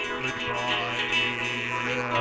goodbye